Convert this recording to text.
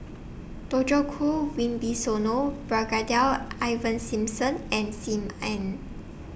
Djoko Wibisono Brigadier Ivan Simson and SIM Ann